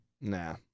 Nah